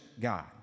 God